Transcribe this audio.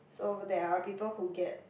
so over there are people who get